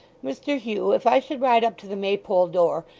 mr hugh, if i should ride up to the maypole door,